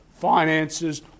finances